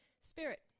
Spirit